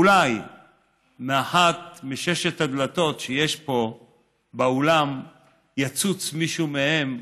אולי מאחת משש הדלתות שיש פה באולם יצוץ מישהו מהם,